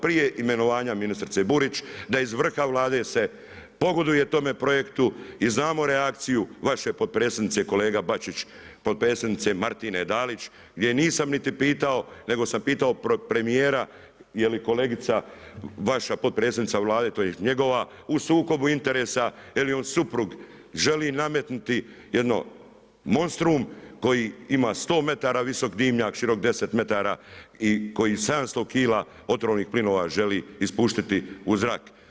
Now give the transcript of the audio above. Prije imenovanja ministrice Burić, da iz vrha Vlade se pogoduje tome projektu i znamo reakciju vaše potpredsjednice, kolega Bačić, potpredsjednice Martine Dalić gdje je nisam niti pitao nego sam pitao premijera je li kolegica vaša, potpredsjednica Vlade tj. njegova u sukobu interesa, je li njen suprug želi nametnuti jedan monstrum koji ima 100 metara visok dimnjak, širok 10 metara i koji 700 kila otrovnih plinova želi ispustiti u zrak.